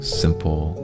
simple